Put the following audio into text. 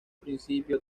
principio